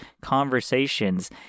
conversations